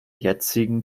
jetzigen